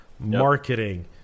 Marketing